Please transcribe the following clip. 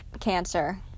Cancer